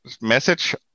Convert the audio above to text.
message